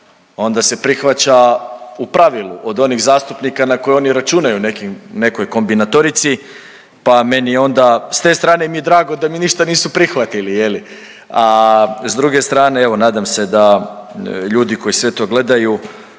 Onda se prihvaća u pravilu od onih zastupnika na koje oni računaju nekoj kombinatorici, pa meni onda s te strane mi je drago da mi ništa nisu prihvatili a s druge strane evo nadam se da ljudi koji sve to gledaju